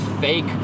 fake